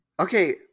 Okay